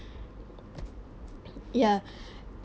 ya